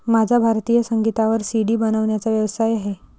माझा भारतीय संगीतावर सी.डी बनवण्याचा व्यवसाय आहे